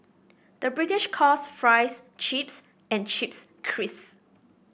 the British calls fries chips and chips crisps